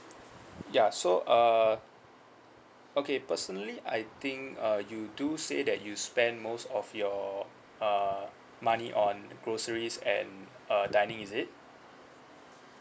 ya so uh okay personally I think uh you do say that you spend most of your uh money on groceries and uh dining is it